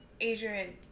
Adrian